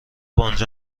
آنجا